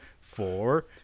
four